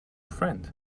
friend